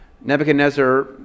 Nebuchadnezzar